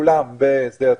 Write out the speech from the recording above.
אולם בשדה התעופה.